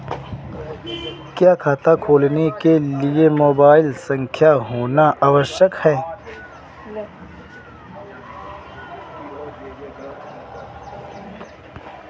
क्या खाता खोलने के लिए मोबाइल संख्या होना आवश्यक है?